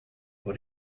what